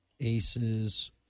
Aces